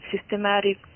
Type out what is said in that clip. systematic